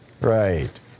right